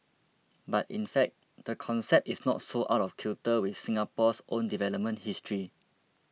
but in fact the concept is not so out of kilter with Singapore's own development history